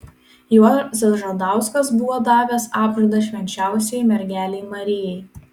juozas žadauskas buvo davęs apžadą švenčiausiajai mergelei marijai